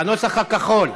בנוסח הכחול.